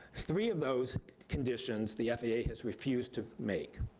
three of those conditions, the faa has refused to make,